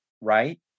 right